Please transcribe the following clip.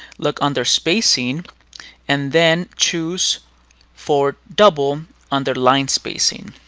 look under spacing and then choose for double under line spacing.